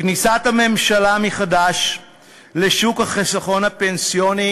כניסת הממשלה מחדש לשוק החיסכון הפנסיוני